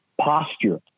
posture